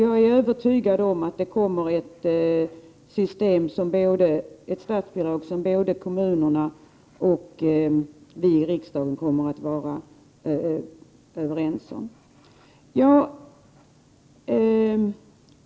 Jag är övertygad om att det kommer ett statsbidragssystem som kommunerna och vi i riksdagen kommer att kunna enas om.